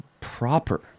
proper